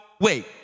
wait